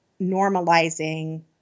normalizing